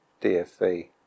DFV